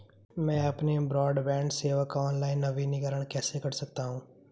मैं अपनी ब्रॉडबैंड सेवा का ऑनलाइन नवीनीकरण कैसे कर सकता हूं?